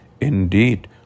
indeed